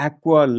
Aqua